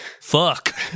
fuck